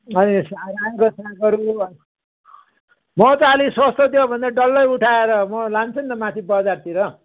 अनि आ रायोको सागहरू म चाहिँ अलिक सस्तो दियो भने डल्लै उठाएर म लान्छु नि त माथि बजारतिर